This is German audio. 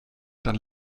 dann